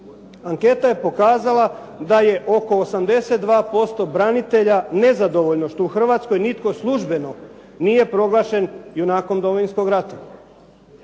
Anketa je pokazala da je oko 82% branitelja nezadovoljno što u Hrvatskoj nitko službeno nije proglašen junakom Domovinskog rata.